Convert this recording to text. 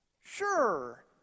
Sure